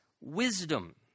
wisdom